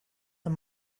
her